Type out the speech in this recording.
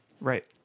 Right